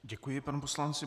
Děkuji panu poslanci.